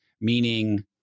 meaning